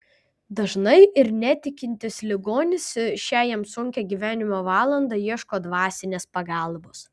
dažnai ir netikintis ligonis šią jam sunkią gyvenimo valandą ieško dvasinės pagalbos